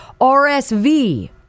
RSV